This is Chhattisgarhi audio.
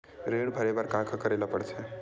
ऋण भरे बर का का करे ला परथे?